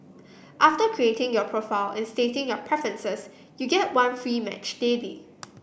after creating your profile and stating your preferences you get one free match daily